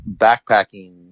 backpacking